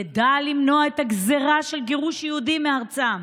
ידע למנוע את הגזרה של גירוש יהודים מארצם.